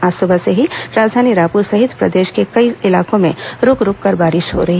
आज सुबह से ही राजधानी रायपुर सहित प्रदेश के कई इलाकों में रूक रूककर बारिश होती रही